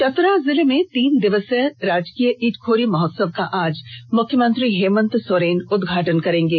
चतरा जिले में तीन दिवसीय राजकीय इटखोरी महोत्सव का आज मुख्यमंत्री हेमंत सोरेन उद्घाटन करेंगे